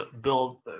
build